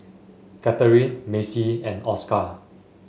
Katherine Macy and Oscar